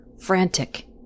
frantic